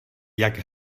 jak